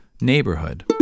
neighborhood